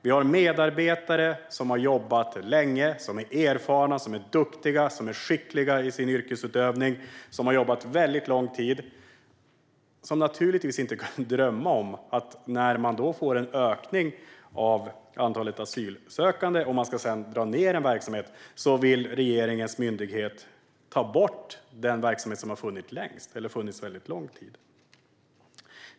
Vi har medarbetare som har jobbat väldigt länge och är erfarna, duktiga och skickliga i sin yrkesutövning. De kan naturligtvis inte drömma om att regeringens myndighet, när antalet asylsökande ökar och en verksamhet sedan ska dras ned, vill ta bort den verksamhet som har funnits väldigt lång tid.